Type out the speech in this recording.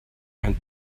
ein